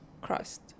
crust